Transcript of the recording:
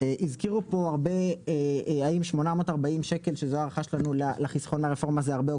הזכירו פה הרבה האם 840 ₪ שזה הערכה שלנו לחיסכון הרפורמה זה הרבה,